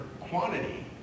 quantity